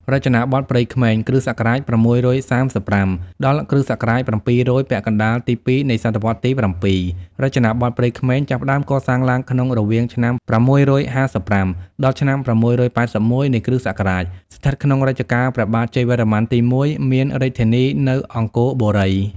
រចនាបថព្រៃក្មេង គ.ស. ៦៣៥ ដល់គ ស.៧០០ ពាក់ កណ្តាលទី ២ នៃសតវត្សទី៧ រចនាបថព្រៃក្មេងចាប់ផ្តើមកសាងឡើងក្នុងរវាងឆ្នាំ ៦៥៥ ដល់ឆ្នាំ៦៨១ នៃ គ្រិស្តសករាជ ស្ថិតក្នុងរជ្ជកាលរបស់ព្រះបាទជ័យវរ្ម័នទី១ មានរាជធានីនៅអង្គរបុរី។